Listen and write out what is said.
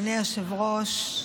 אדוני היושב-ראש,